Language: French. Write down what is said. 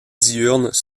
diurnes